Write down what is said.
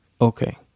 Okay